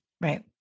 Right